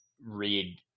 read